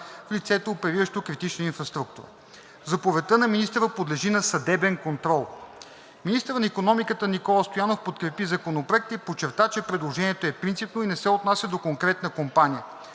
в лицето, опериращо критична инфраструктура. Заповедта на министъра подлежи на съдебен контрол. Министърът на икономиката Никола Стоянов подкрепи Законопроекта и подчерта, че предложението е принципно и не се отнася до конкретна компания.